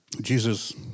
Jesus